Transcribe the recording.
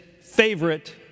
favorite